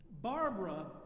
Barbara